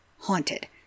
haunted